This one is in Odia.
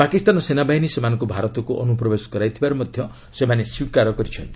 ପାକିସ୍ତାନ ସେନାବାହିନୀ ସେମାନଙ୍କୁ ଭାରତକୁ ଅନୁପ୍ରବେଶ କରାଇଥିବାର ମଧ୍ୟ ସେମାନେ ସ୍କୀକାର କରିଛନ୍ତି